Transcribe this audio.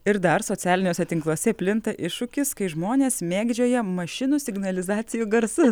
ir dar socialiniuose tinkluose plinta iššūkis kai žmonės mėgdžioja mašinų signalizacijų garsus